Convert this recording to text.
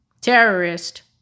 terrorist